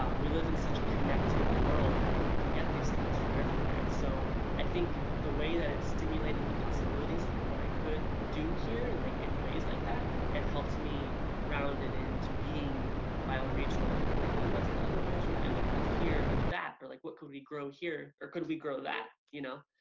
um we live in such a connected world that we can get these things from everywhere and so i think the way that it stimulated the possibilities of like what i could do here and like in ways like that it and helps me round it into being bioregional and looking like oh what's the other version that i would have here of that or like what could we grow here? or could we grow that, you know?